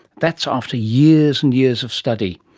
that's after years and years of study.